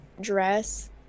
dress